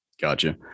Gotcha